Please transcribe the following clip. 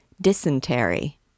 dysentery